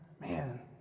Man